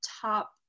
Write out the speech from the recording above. top